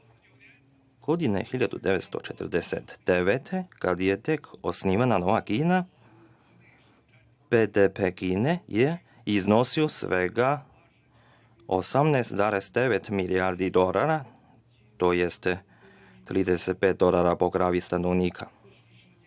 1949. kada je tek osnovana nova Kina, BDP Kine je iznosio svega 18,9 milijardi dolara, tj. 35 dolara po glavi stanovnika